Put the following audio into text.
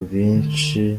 bwinshi